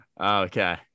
okay